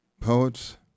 Poets